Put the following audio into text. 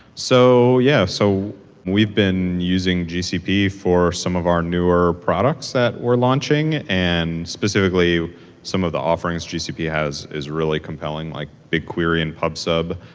so yeah. so we've been using gcp for some of our newer products that we're launching, and specifically some of the offerings gcp has is really compelling, like bigquery and pub sub.